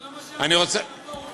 זה לא מה שאמרתי, הרב פרוש.